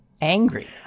angry